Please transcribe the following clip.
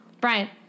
Brian